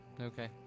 Okay